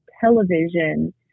television